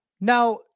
now